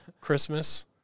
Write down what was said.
Christmas